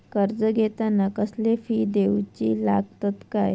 कर्ज घेताना कसले फी दिऊचे लागतत काय?